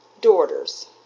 daughters